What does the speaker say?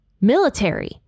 military